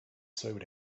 sobered